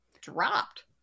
dropped